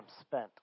spent